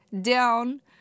down